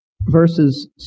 verses